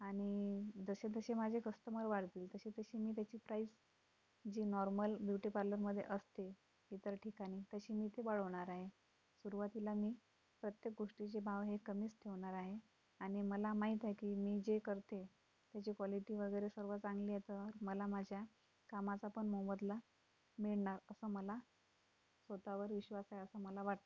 आणि जसेजसे माझे कस्टमर वाढतील तसेतसे मी त्याची प्राइज जी नॉर्मल ब्युटी पार्लरमध्ये असते इतर ठिकाणी तशी मी ती वाढवणार आहे सुरवातीला मी प्रत्येक गोष्टीचे भाव हे कमीच ठेवणार आहे आणि मला माहीत आहे की मी जे करते त्याचे क्वालिटी वगैरे सर्व चांगले येतं मला माझ्या कामाचापण मोबदला मिळणार असं मला स्वतःवर विश्वास आहे असं मला वाटते